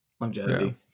longevity